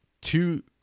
two